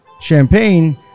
Champagne